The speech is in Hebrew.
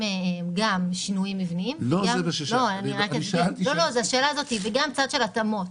גם שינויים מבניים וגם צד של התאמות.